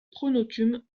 pronotum